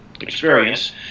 experience